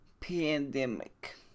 pandemic